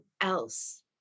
else